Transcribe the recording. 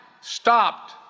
stopped